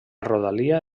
rodalia